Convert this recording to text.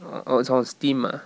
oh oh it's on steam ah